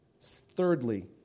Thirdly